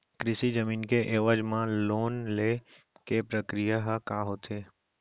कृषि जमीन के एवज म लोन ले के प्रक्रिया ह का होथे?